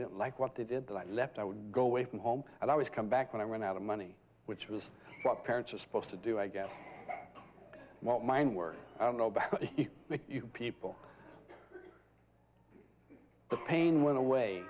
didn't like what they did that i left i would go away from home and always come back when i ran out of money which was what parents are supposed to do i guess what mine were i don't know about you people the pain went away